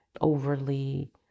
overly